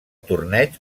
torneig